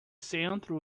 centro